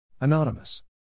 Anonymous